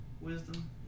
wisdom